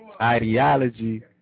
ideology